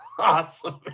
awesome